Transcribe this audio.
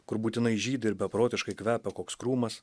kur būtinai žydi ir beprotiškai kvepia koks krūmas